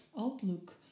outlook